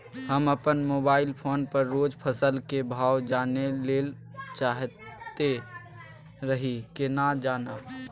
हम अपन mobile phone पर रोज फसल के भाव जानय ल चाहैत रही केना जानब?